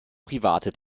private